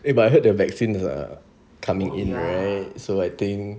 eh but I heard the vaccine are coming in right so I think